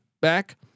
back